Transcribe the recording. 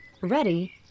ready